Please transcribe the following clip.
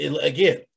again